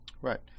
right